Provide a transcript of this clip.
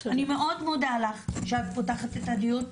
אני מאוד מודה לך שאת פותחת את הדיון,